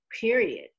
period